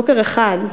בוקר אחד,